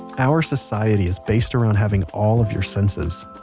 our society is based around having all of your senses.